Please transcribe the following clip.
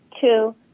Two-